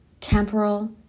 temporal